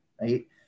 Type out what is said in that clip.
right